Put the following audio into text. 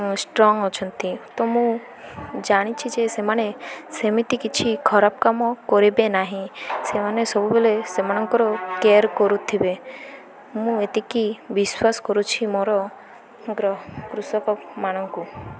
strong ଅଛନ୍ତି ତ ମୁଁ ଜାଣିଛି ଯେ ସେମାନେ ସେମିତି କିଛି ଖରାପ କାମ କରିବେ ନାହିଁ ସେମାନେ ସବୁବେଳେ ସେମାନଙ୍କର କେୟାର୍ କରୁଥିବେ ମୁଁ ଏତିକି ବିଶ୍ୱାସ କରୁଛି ମୋର କୃଷକମାନଙ୍କୁ